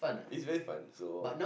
it's very fun so